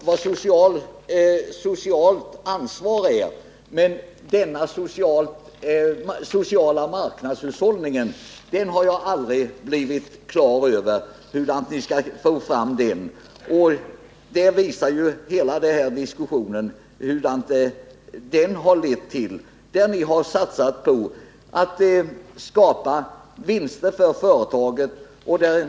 Herr talman! Vad socialt ansvar är vet jag, men vad social marknadshushållning innebär har jag aldrig blivit på det klara med. Hela denna diskussion visar vad den har lett till. Ni har satsat på att skapa vinster för företagen.